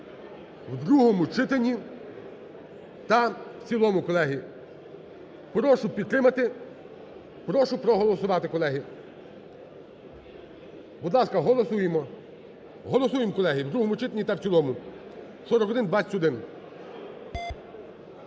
в другому читанні та в цілому, колеги. Прошу підтримати. Прошу проголосувати, колеги. Будь ласка, голосуємо. Голосуємо, колеги, в другому читанні та в цілому. 4121.